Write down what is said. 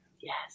Yes